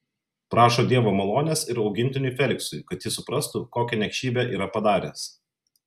prašo dievo malonės ir augintiniui feliksui kad jis suprastų kokią niekšybę yra padaręs